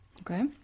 okay